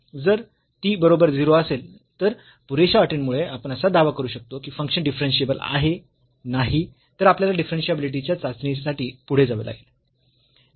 जर ती बरोबर 0 असेल तर पुरेशा अटींमुळे आपण असा दावा करू शकतो की फंक्शन डिफरन्शियेबल आहे नाही तर आपल्याला डिफरन्शियाबिलिटी च्या चाचणी साठी पुढे जावे लागेल